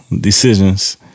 decisions